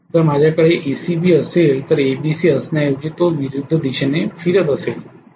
जर माझ्याकडे ACB असेल तर ABC असण्याऐवजी तो विरुद्ध दिशेने फिरत असेल तर